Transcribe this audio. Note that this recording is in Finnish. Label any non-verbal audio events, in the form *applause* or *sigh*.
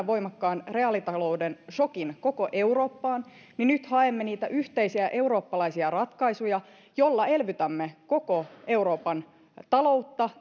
*unintelligible* voimakkaan reaalitalouden sokin koko eurooppaan niin nyt haemme niitä yhteisiä eurooppalaisia ratkaisuja joilla elvytämme koko euroopan taloutta *unintelligible*